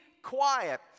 Quiet